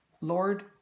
Lord